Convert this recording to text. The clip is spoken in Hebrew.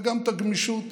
וגם הגמישות